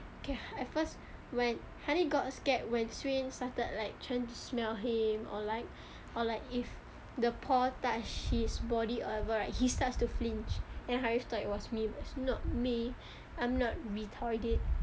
K at first when honey got scared when swain started like trying to smell him or like or like if the paw touch his body or whatever right he start to flinch and harith thought it was me but not me I'm not retarded